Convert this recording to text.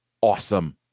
awesome